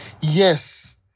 Yes